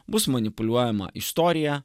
bus manipuliuojama istorija